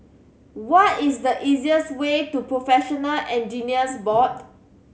what is the easiest way to Professional Engineers Board